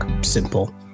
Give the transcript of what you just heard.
simple